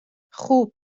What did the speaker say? خوب